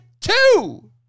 two